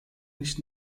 nicht